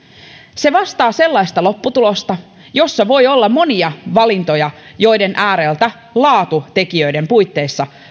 se vastaa sellaista lopputulosta jossa voi olla monia valintoja joiden ääreltä laatutekijöiden puitteissa